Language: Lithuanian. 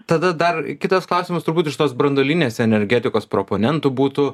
tada dar kitas klausimas turbūt iš tos branduolinės energetikos proponentų būtų